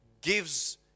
gives